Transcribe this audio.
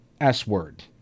s-word